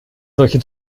solche